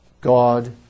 God